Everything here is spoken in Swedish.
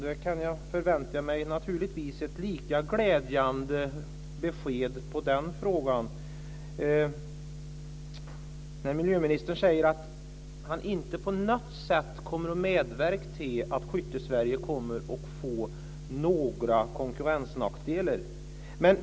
Jag förväntar mig naturligtvis ett lika glädjande besked när det gäller den här frågan. Miljöministern säger att han inte på något sätt kommer att medverka till att Skyttesverige kommer att få några konkurrensnackdelar.